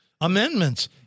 amendments